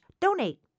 donate